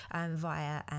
via